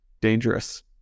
dangerous